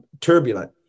turbulent